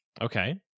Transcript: Okay